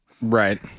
Right